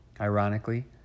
Ironically